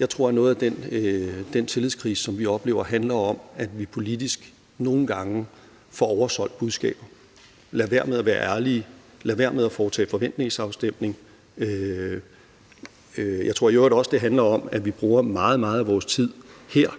Jeg tror, at noget af den tillidskrise, som vi oplever, handler om, at vi politisk nogle gange får oversolgt budskabet, lader være med at være ærlige og lader være med at foretage forventningsafstemning. Jeg tror i øvrigt også, det handler om, at vi bruger meget, meget af vores tid her